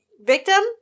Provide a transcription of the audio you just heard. victim